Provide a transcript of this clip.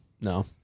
No